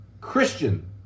Christian